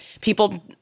people